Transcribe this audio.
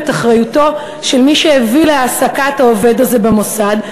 את אחריותו של מי שהביא להעסקת העובד הזה במוסד,